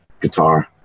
guitar